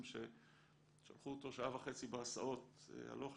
ששלחו אותו שעה וחצי בהסעות הלוך,